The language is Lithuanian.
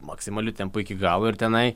maksimaliu tempu iki galo ir tenai